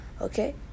okay